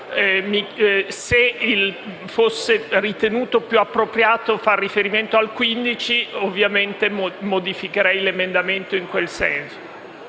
Se fosse ritenuto più appropriato far riferimento all'articolo 15, modificherei l'emendamento in tal senso.